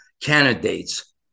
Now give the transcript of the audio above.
candidates